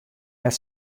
net